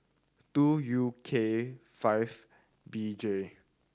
two U K five B J